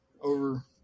over